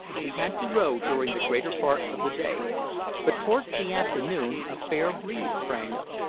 we had to row during the greater part of the day but towards the afternoon a fair breeze sprang up,